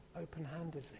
open-handedly